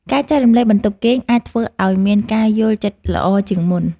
ការចែករំលែកបន្ទប់គេងអាចធ្វើឱ្យមានការយល់ចិត្តល្អជាងមុន។